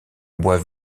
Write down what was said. bois